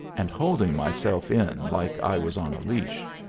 and holding myself in like i was on a leash.